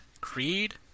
Creed